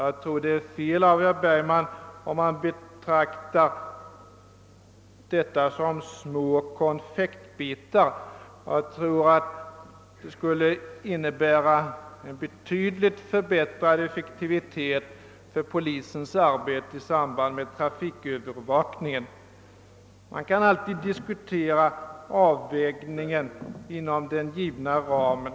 Jag tror att herr Bergman har fel, om han betraktar de föreslagna helikoptrarna som små konfektbitar. De skulle innebära en betydligt förbättrad effektivitet i polisens arbete i samband med trafikövervakningen. Man kan alltid diskutera avvägningen inom den givna ramen.